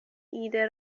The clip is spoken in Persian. ایده